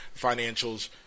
financials